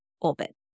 orbit